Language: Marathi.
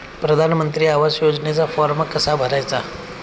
प्रधानमंत्री आवास योजनेचा फॉर्म कसा भरायचा?